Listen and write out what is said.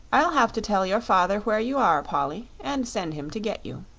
i'll have to tell your father where you are, polly, and send him to get you.